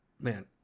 Man